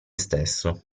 stesso